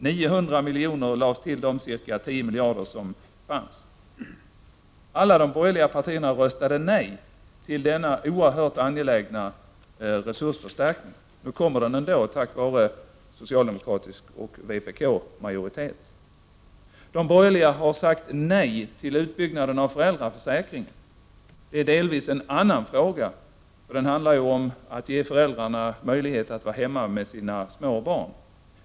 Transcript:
900 miljoner lades till de ca 10 miljarder som fanns. Alla de borgerliga partierna röstade nej till denna oerhört angelägna resursförstärkning. Nu kommer den ändå till stånd tack vare en majoritet bestående av socialdemokraterna och vpk. De borgerliga har sagt nej till utbyggnaden av föräldraförsäkringen. Det är delvis en annan fråga, som handlar om att ge föräldrarna möjlighet att vara hemma med sina små barn.